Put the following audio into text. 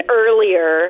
earlier